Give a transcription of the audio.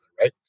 right